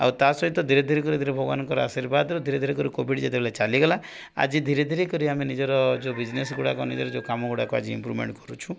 ଆଉ ତା ସହିତ ଧୀରେ ଧୀରେ ଧିରେ ଭଗବାନଙ୍କ ଆଶୀର୍ବାଦରୁ ଧୀରେ ଧୀରେ କରି କୋଭିଡ୍ ଯେତବେଳେ ଚାଲିଗଲା ଆଜି ଧୀରେ ଧୀରେ କରି ଆମେ ନିଜର ଯୋଉ ବିଜିନେସ୍ଗୁଡ଼ାକ ନିଜ ଯୋଉ କାମଗୁଡ଼ାକ ଆଜି ଇମ୍ପ୍ରୁଭ୍ମେଣ୍ଟ କରୁଛୁ